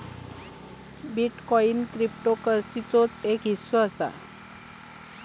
bitcoin क्रिप्टोकरंसीचोच एक हिस्सो असा